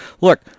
Look